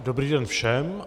Dobrý den všem.